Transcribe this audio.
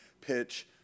pitch